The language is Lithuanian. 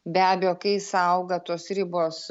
be abejo kai jis auga tos ribos